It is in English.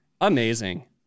Amazing